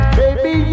baby